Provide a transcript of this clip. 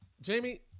Jamie